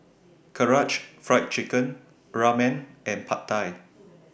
Karaage Fried Chicken Ramen and Pad Thai